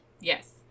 Yes